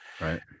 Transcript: right